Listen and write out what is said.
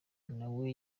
nawe